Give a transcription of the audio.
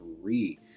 three